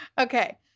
Okay